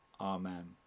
Amen